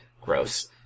Gross